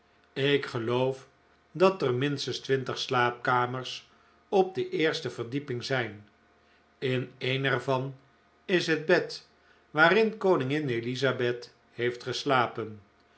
ik geloof dat er minstens twintig slaapkamers op de eerste verdieping zijn in een er van is het bed waarin koningin elizabeth heeft geslapen